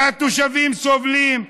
שהתושבים סובלים,